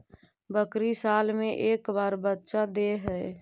बकरी साल मे के बार बच्चा दे है?